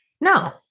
No